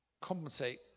Compensate